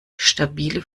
stabile